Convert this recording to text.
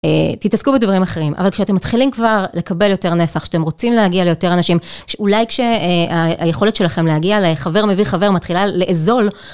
תתעסקו בדברים אחרים אבל כשאתם מתחילים כבר לקבל יותר נפח שאתם רוצים להגיע ליותר אנשים אולי כשהיכולת שלכם להגיע לחבר מביא חבר מתחילה לאזול.